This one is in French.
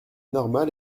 normal